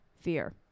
fear